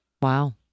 Wow